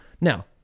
Now